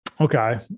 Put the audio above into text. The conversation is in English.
Okay